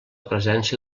presència